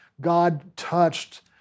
God-touched